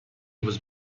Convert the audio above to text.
was